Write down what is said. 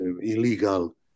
illegal